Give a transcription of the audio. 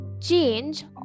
change